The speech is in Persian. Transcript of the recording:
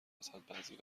ازحد، بعضی